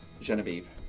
Genevieve